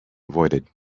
avoided